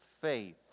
faith